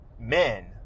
men